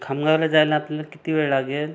खामगावला जायला आपल्याला किती वेळ लागेल